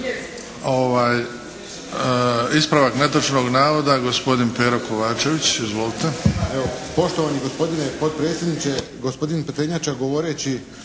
Ispravak netočnog navoda gospodin Pero Kovačević. Izvolite!